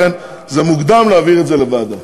לכן, מוקדם להעביר את זה לוועדה.